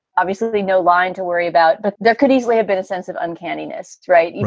obviously no line to worry about, but there could easily have been a sense of uncanny ernest, right, and